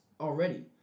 already